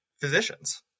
physicians